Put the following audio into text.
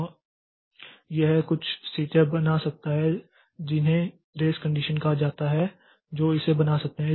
ओ यह कुछ स्थितियाँ बना सकता है जिन्हें रेस कंडीशन कहा जाता है जो इसे बना सकते हैं